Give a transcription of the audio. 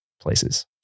places